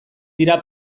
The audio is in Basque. dira